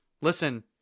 listen